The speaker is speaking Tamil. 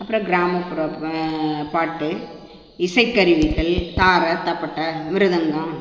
அப்புறம் கிராமப்புறம் பாட்டு இசைக்கருவிகள் தாரை தப்பட்டை மிருதங்கம்